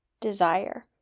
desire